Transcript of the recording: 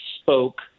spoke